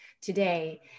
today